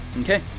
Okay